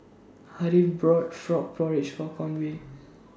Harriett bought Frog Porridge For Conway